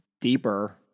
deeper